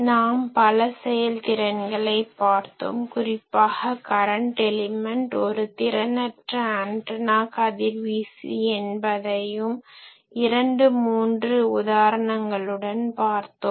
நாம் பல செயல்திறன்களை பார்த்தோம் குறிப்பாக கரன்ட் எலிமென்ட் ஒரு திறனற்ற ஆன்டனா கதிர்வீசி என்பதையும் இரண்டு மூன்று உதாரணங்களுடன் பார்த்தோம்